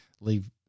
leave